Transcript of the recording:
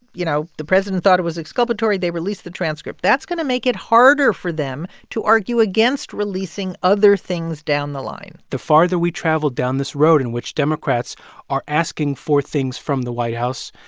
you know, the president thought it was exculpatory. they released the transcript. that's going to make it harder for them to argue against releasing other things down the line the farther we travel down this road in which democrats are asking for things from the white house,